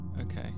Okay